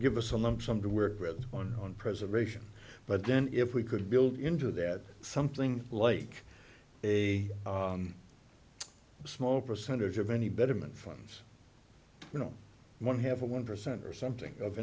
give us a lump sum to work with on preservation but then if we could build into that something like a small percentage of any betterment funds you know one have a one percent or something of